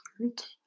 Great